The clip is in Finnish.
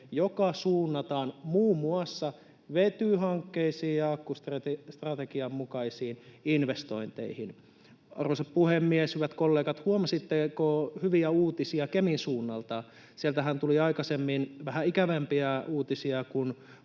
ja se suunnataan muun muassa vetyhankkeisiin ja akkustrategian mukaisiin investointeihin. Arvoisa puhemies! Hyvät kollegat, huomasitteko hyviä uutisia Kemin suunnalta? Sieltähän tuli aikaisemmin vähän ikävämpiä uutisia, kun